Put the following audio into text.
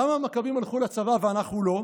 למה המכבים הלכו לצבא ואנחנו לא?